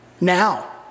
Now